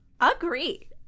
Agree